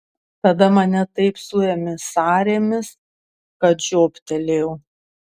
tada mane taip suėmė sąrėmis kad žioptelėjau